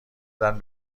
داد